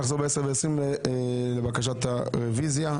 נחזור ב-10:20 לבקשת הרוויזיה.